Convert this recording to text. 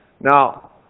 Now